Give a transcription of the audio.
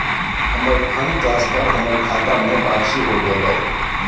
हमर fund transfer हमर खता में वापसी हो गेलय